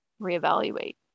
reevaluate